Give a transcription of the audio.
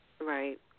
Right